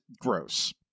gross